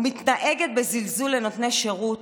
או מתנהגת בזלזול לנותני שירות,